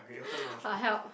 !wah! help